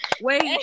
Wait